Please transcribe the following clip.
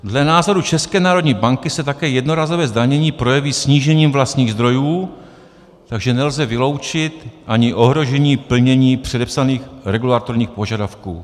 Dle názoru České národní banky se také jednorázové zdanění projeví snížením vlastních zdrojů, takže nelze vyloučit ani ohrožení plnění předepsaných regulatorních požadavků.